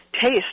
taste